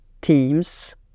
teams